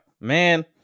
man